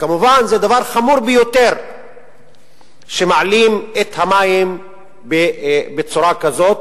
וכמובן זה דבר חמור ביותר שמעלים את מחיר המים בצורה כזו.